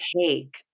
take